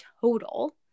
total